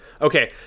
Okay